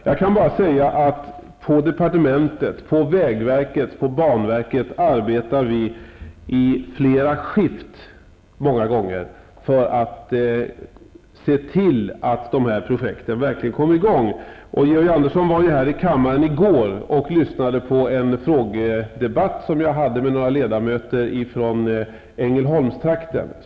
Jag kan bara säga att vi på departementet, vägverket och banverket arbetar i flera skift för att se till att dessa projekt verkligen kommer i gång. Georg Andersson var här i kammaren i går och lyssnade på en frågedebatt som jag hade med några ledamöter från Ängelholmstrakten.